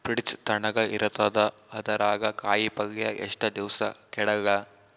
Fridge ತಣಗ ಇರತದ, ಅದರಾಗ ಕಾಯಿಪಲ್ಯ ಎಷ್ಟ ದಿವ್ಸ ಕೆಡಲ್ಲ?